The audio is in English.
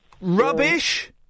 rubbish